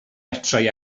metrau